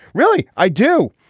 really, i do.